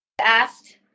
asked